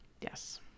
yes